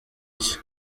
iki